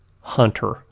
Hunter